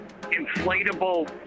inflatable